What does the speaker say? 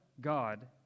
God